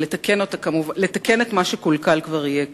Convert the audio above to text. לתקן את מה שקולקל כבר יהיה קשה.